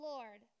Lord